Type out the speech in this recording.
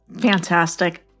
Fantastic